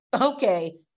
okay